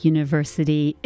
University